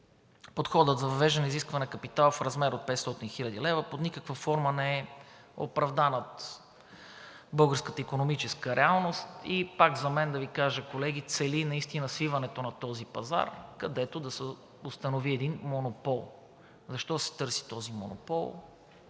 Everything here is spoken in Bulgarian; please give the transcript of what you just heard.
Подходът за въвеждане на изискване капиталов размер от 500 хил. лв. под никаква форма не е оправдан от българската икономическа реалност и пак за мен да Ви кажа, колеги, цели наистина свиването на този пазар, където да се установи един монопол. Защо се търси този монопол